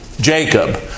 Jacob